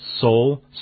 soul